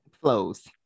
Flows